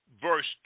verse